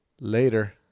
Later